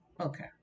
Okay